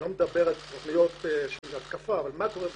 אני לא מדבר על תוכניות של התקפה אלא על מה שקורה בשטח.